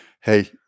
hey